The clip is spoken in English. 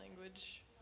language